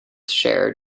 share